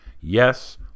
yes